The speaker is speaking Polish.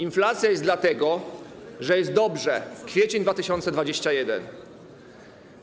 Inflacja jest dlatego, że jest dobrze - kwiecień 2021 r.